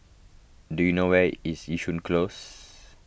do you know where is Yishun Close